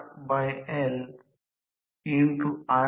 आता F2 प्रवाह transformer प्रवाह असेल